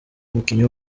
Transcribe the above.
umukinnyi